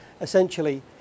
Essentially